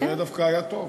זה דווקא היה טוב.